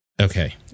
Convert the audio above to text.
Okay